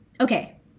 Okay